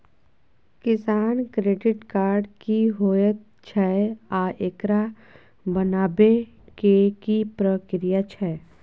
किसान credit card की होयत छै आ एकरा बनाबै के की प्रक्रिया छै?